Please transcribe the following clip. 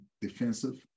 defensive